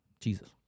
Jesus